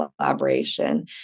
collaboration